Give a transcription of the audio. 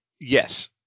yes